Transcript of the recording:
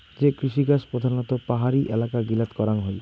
যে কৃষিকাজ প্রধানত পাহাড়ি এলাকা গিলাত করাঙ হই